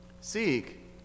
Seek